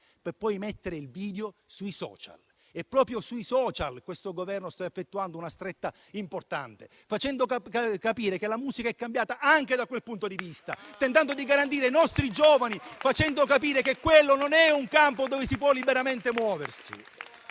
per poi mettere il video sui *social*. E proprio sui *social* questo Governo sta effettuando una stretta importante, facendo capire che la musica è cambiata anche da quel punto di vista, tentando di garantire i nostri giovani e facendo capire che quello non è un campo dove ci si può muovere